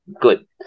good